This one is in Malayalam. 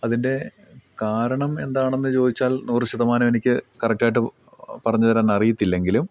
അതിൻ്റെ കാരണം എന്താണെന്നു ചോദിച്ചാൽ നൂറു ശതമാനം എനിക്ക് കറക്റ്റായിട്ട് പറഞ്ഞു തരാൻ അറിയത്തില്ലെങ്കിലും